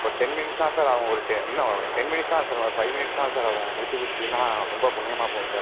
ஒரு ten minutes தான் sir ஆகும் ஒரு டெ இன்னும் டென் மினிட்ஸ் தான் சார் ஒரு ஃபைவ் மினிட்ஸ் தான் சார் ஆகும் முடிச்சிக் கொடுத்துட்டிங்கன்னா ரொம்ப புண்ணியமாக போகும் சார்